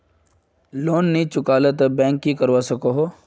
Loan नी चुकवा पालो ते बैंक की करवा सकोहो?